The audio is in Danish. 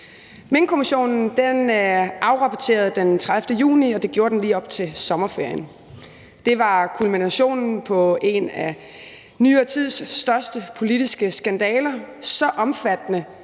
Minkkommissionen afrapporterede den 30. juni, og det gjorde den lige op til sommerferien. Det var kulminationen på en af nyere tids største politiske skandaler – så omfattende,